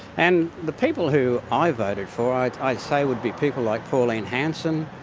and the people who i voted for i i say would be people like pauline hanson,